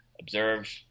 observe